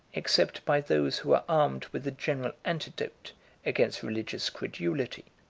except by those who are armed with a general antidote against religious credulity.